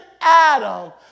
Adam